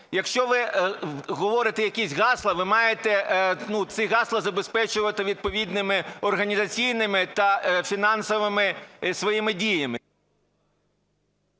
Якщо ви говорите якісь гасла, ви маєте ці гасла забезпечувати відповідними організаційними та фінансовими своїми діями.